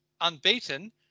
unbeaten